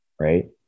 right